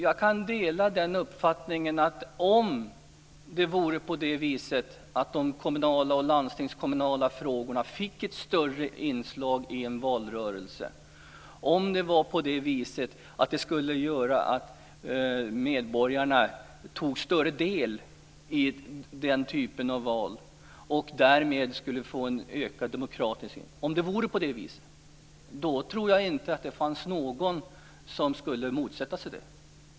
Jag kan dela uppfattningen att om det vore på det viset att de kommunala och landstingskommunala frågorna skulle få ett större inslag i en valrörelse och om det skulle innebära att medborgarna tog större del i den typen av val och om vi därmed skulle få en ökad demokrati, då tror jag inte att någon skulle motsätta sig skilda valdagar.